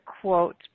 quote